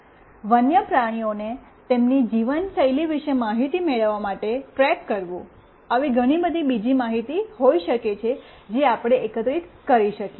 વન્યપ્રાણીઓને તેમની જીવનશૈલી વિશે માહિતી મેળવવા માટે ટ્રેક કરવું આવી ઘણી બીજી માહિતી હોઈ શકે જે આપણે એકત્રિત કરી શકીએ